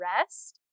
rest